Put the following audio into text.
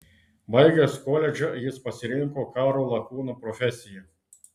baigęs koledžą jis pasirinko karo lakūno profesiją